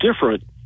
different